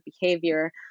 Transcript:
behavior